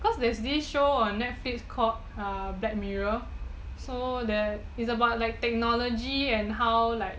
cause there's this show on netflix called uh black mirror so there is about like technology and how like